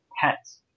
pets